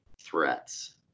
threats